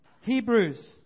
Hebrews